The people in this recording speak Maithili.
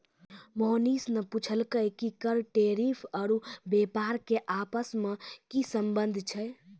मोहनीश ने पूछलकै कि कर टैरिफ आरू व्यापार के आपस मे की संबंध छै